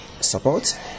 support